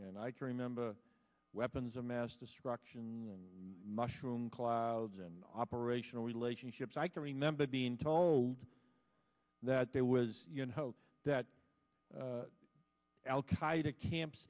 and i can remember weapons of mass destruction and mushroom clouds and operational relationships i can remember being told that there was you know that al qaeda camps